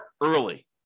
early